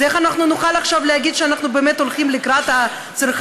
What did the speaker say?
אז איך אנחנו נוכל עכשיו להגיד שאנחנו באמת הולכים לקראת הצרכנים?